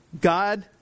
God